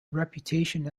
reputation